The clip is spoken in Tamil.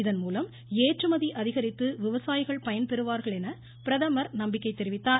இதன்மூலம் ஏற்றுமதி அதிகரித்து விவசாயிகள் பயன்பெறுவார்கள் என பிரதமர் நம்பிக்கை வெளியிட்டார்